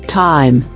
time